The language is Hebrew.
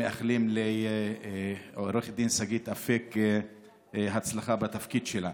אנחנו כולנו מאחלים לעו"ד שגית אפק הצלחה בתפקיד שלה.